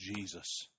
Jesus